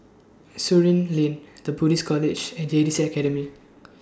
Surin Lane The Buddhist College and J T C Academy